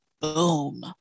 boom